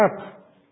up